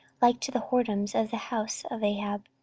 like to the whoredoms of the house of ahab,